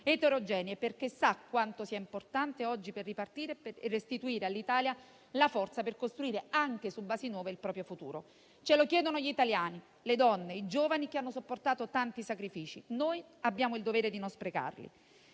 eterogenee, perché sa quanto sia importante oggi per ripartire e restituire all'Italia la forza per costruire, anche su basi nuove, il proprio futuro. Ce lo chiedono gli italiani, le donne e i giovani che hanno sopportato tanti sacrifici che noi abbiamo il dovere di non sprecare.